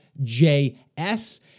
JS